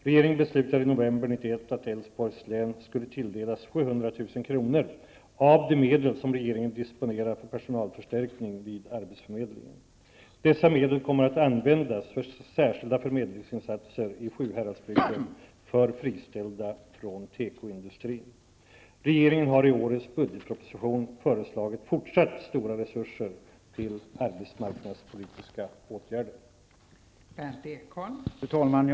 Regeringen beslutade i november 1991 att Dessa medel kommer att användas för särskilda förmedlingsinsatser i Sjuhäradsbygden för friställda från tekoindustrin. Regeringen har i årets budgetproposition föreslagit fortsatt stora resurser till arbetsmarknadspolitiska åtgärder.